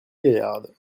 gaillarde